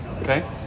Okay